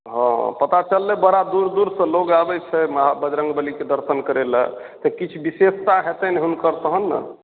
हँ पता चललै बड़ा दूर दूर से लोग आबै छै वहाँ बजरंगबलीके दर्शन करै लै तऽ किछु बिशेषता हेतनि हुनकर तहन ने